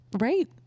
Right